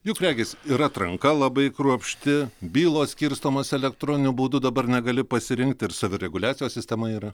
juk regis ir atranka labai kruopšti bylos skirstomos elektroniniu būdu dabar negali pasirinkti ir savireguliacijos sistema yra